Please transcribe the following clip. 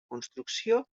construcció